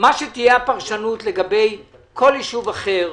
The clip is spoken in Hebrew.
מה שתהיה הפרשנות לגבי כל יישוב אחר,